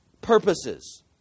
purposes